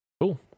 cool